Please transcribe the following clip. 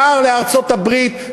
שער לארצות-הברית,